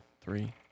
Three